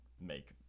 make